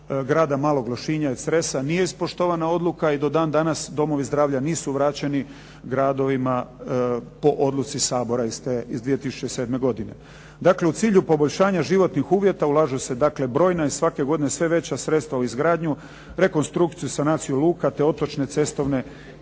grada Malog Lešinja i Cresa nije ispoštovana odluka i do dan danas domovi zdravlja nisu vraćeni gradovima po odluci Sabora iz te 2007. godine. Dakle u cilju poboljšanja životnih uvjeta ulažu se brojna i svake godine sve veća sredstva u izgradnju, rekonstrukciju, sanaciju luka, te otočne cestovne